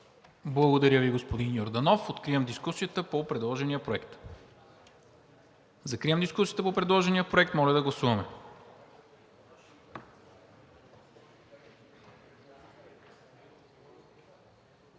Благодаря Ви, госпожо Стефанова. Откривам дискусията по предложения проект. Прекратявам дискусията по предложения проект. Моля да гласуваме.